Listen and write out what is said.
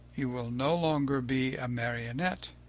you will no longer be a marionette,